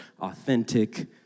authentic